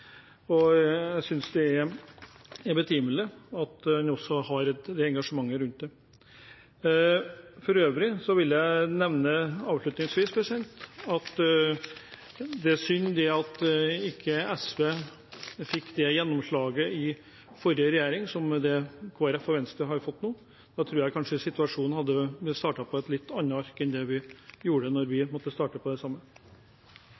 og jeg synes det er betimelig at en også har det engasjementet rundt det. For øvrig vil jeg nevne avslutningsvis at det er synd at ikke SV fikk det gjennomslaget i forrige regjering som det Kristelig Folkeparti og Venstre har fått nå. Da tror jeg kanskje man hadde startet på et litt annet ark enn vi gjorde når